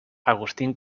agustín